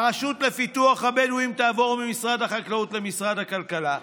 הרשות לפיתוח הבדואים תעבור ממשרד החקלאות למשרד הכלכלה,